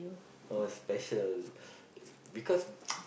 or special because